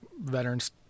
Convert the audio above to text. veterans